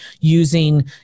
using